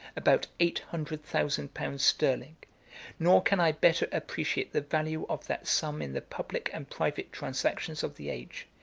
about eight hundred thousand pounds sterling nor can i better appreciate the value of that sum in the public and private transactions of the age,